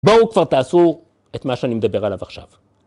בואו כבר תעשו את מה שאני מדבר עליו עכשיו.